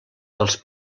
dels